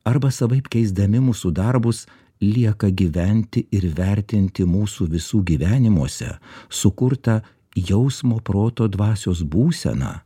arba savaip keisdami mūsų darbus lieka gyventi ir vertinti mūsų visų gyvenimuose sukurtą jausmo proto dvasios būseną